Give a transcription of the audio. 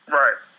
right